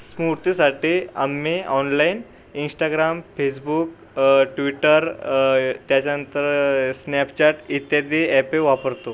स्मूर्तीसाठी आम्ही online Instagram Facebook Twitter त्याच्यांतर Snapchat इत्यादी अॅपे वापरतो